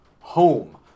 home